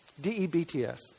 D-E-B-T-S